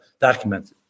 documented